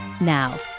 Now